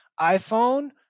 iPhone